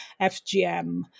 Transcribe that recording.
FGM